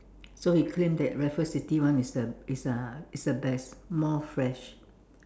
so he claim that Raffles City one is the is uh is the best more fresh